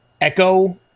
Echo